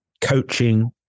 coaching